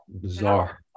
bizarre